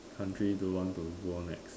country do you want to go next